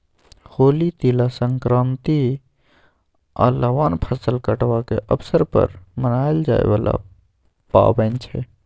होली, तिला संक्रांति आ लबान फसल कटबाक अबसर पर मनाएल जाइ बला पाबैन छै